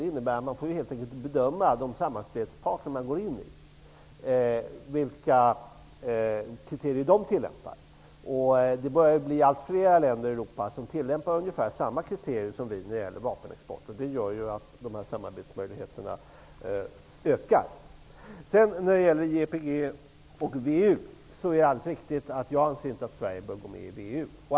Det innebär att man helt enkelt får bedöma de samarbetspartner man får och vilka kriterier dessa tillämpar. Allt fler länder i Europa har börjat tillämpa ungefär samma kriterier som Sverige för vapenexport. Det gör att samarbetsmöjligheterna ökar. När det sedan gäller IEPG och WEU är det alldeles riktigt att jag anser att Sverige inte bör gå med i WEU.